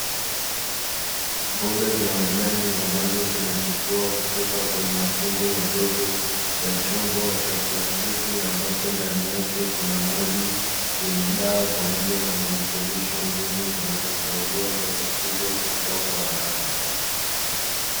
Mboga za majani ambazo zinachipua kutoka kwenye matundu madogo ya chombo cha plastiki ambapo ndani yake kuna maji yenye dawa pamoja na virutubisho muhimu vinavyosaidia dawa hizo kukua kwa haraka.